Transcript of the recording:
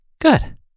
Good